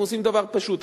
אנחנו עושים דבר פשוט.